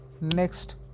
Next